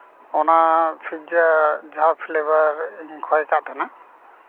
ᱚᱱᱟ ᱯᱷᱤᱡᱽᱡᱟ ᱡᱟᱦᱟᱸ ᱯᱷᱞᱮᱵᱟᱨ ᱠᱷᱚᱭ ᱠᱟᱜ ᱛᱟᱦᱮᱱᱟ